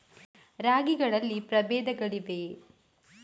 ರಾಗಿಗಳಲ್ಲಿ ಪ್ರಬೇಧಗಳಿವೆಯೇ?